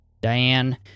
Diane